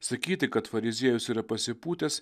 sakyti kad fariziejus yra pasipūtęs